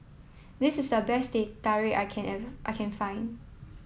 this is the best Teh Tarik I can I can find